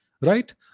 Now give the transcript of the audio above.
right